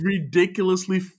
ridiculously